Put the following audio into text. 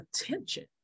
attention